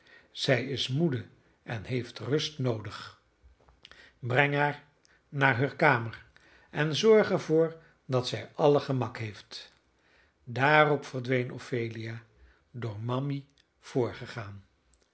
zij is moede en heeft rust noodig breng haar naar heur kamer en zorg er voor dat zij alle gemak heeft daarop verdween ophelia door mammy voorgegaan